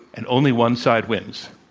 and only one side wins.